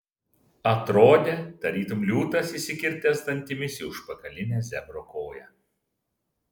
atrodė tarytum liūtas įsikirtęs dantimis į užpakalinę zebro koją